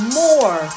more